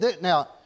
now